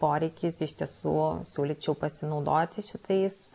poreikis iš tiesų siūlyčiau pasinaudoti šitais